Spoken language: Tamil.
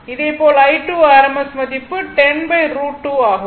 இதே போல் i2 rms மதிப்பு என்பது 10 √ 2 ஆகும்